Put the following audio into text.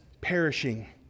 perishing